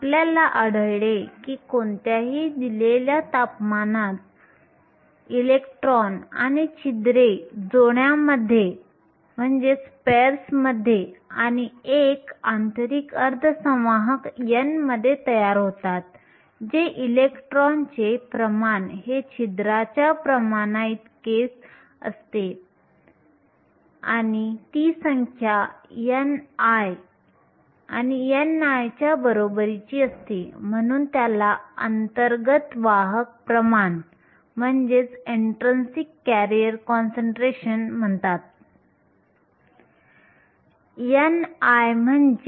आपल्याला आढळले की कोणत्याही दिलेल्या तापमानात इलेक्ट्रॉन आणि छिद्रे जोड्यांमध्ये आणि एक आंतरिक अर्धसंवाहक n मध्ये तयार होतात जे इलेक्ट्रॉनचे प्रमाण हे छिद्रांच्या प्रमाणा इतके असते आणि ती संख्या ni आणि ni च्या बरोबरीची असते म्हणून त्याला अंतर्गत वाहक प्रमाण म्हणतात